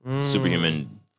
superhuman